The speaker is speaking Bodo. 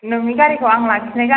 नोंनि गारिखौ आं लाखिनाय जाबाय